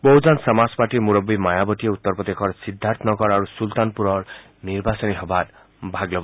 বহুজন সমাজ পাৰ্টীৰ মূৰববী মায়াৱতীয়েও উত্তৰ প্ৰদেশৰ সিদ্ধাৰ্থ নগৰ আৰু ছুলতানপুৰৰ নিৰ্বাচনী সভাত ভাগ ল'ব